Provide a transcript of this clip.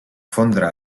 fondre